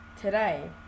Today